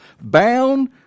bound